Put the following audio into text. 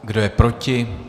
Kdo je proti?